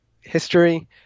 history